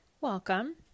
welcome